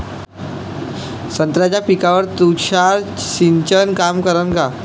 संत्र्याच्या पिकावर तुषार सिंचन काम करन का?